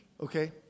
Okay